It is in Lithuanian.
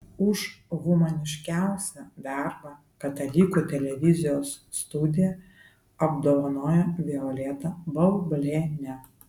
už humaniškiausią darbą katalikų televizijos studija apdovanojo violetą baublienę